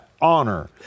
honor